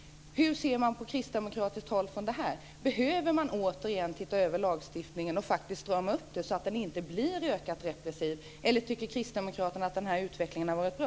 Hur ser man från kristdemokratiskt håll på detta? Behöver man se över lagen igen och faktiskt strama upp den så att den inte blir ökat repressiv, eller tycker Kristdemokraterna att utvecklingen har varit bra?